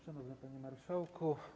Szanowny Panie Marszałku!